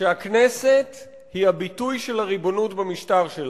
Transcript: שהכנסת היא הביטוי של הריבונות במשטר שלנו.